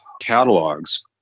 catalogs